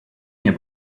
nie